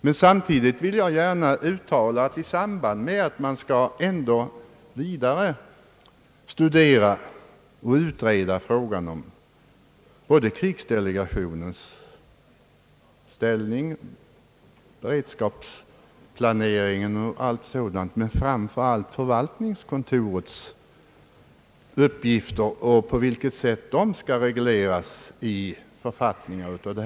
Men samtidigt vill jag gärna uttala att man bör vidare utreda och studera krigsdelegationens ställning, beredskapsplaneringen och framför allt förvaltningskontorets uppgifter och hur de skall regleras i författningarna.